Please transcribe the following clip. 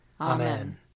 Amen